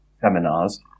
seminars